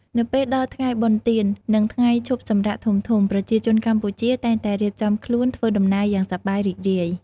នៅពេលដល់ថ្ងៃបុណ្យទាន និងថ្ងៃឈប់សម្រាកធំៗ ប្រជាជនកម្ពុជាតែងតែរៀបចំខ្លួនធ្វើដំណើរយ៉ាងសប្បាយរីករាយ។